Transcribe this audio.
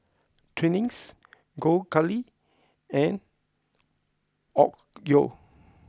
Twinings Gold Kili and Onkyo